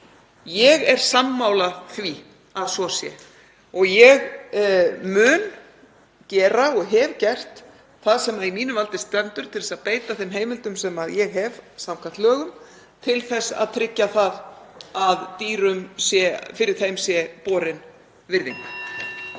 Ég er sammála því að svo sé og ég mun gera og hef gert það sem í mínu valdi stendur til að beita þeim heimildum sem ég hef samkvæmt lögum til þess að tryggja að borin sé virðing fyrir dýrum.